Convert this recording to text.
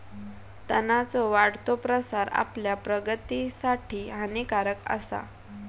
तणांचो वाढतो प्रसार आपल्या प्रगतीसाठी हानिकारक आसा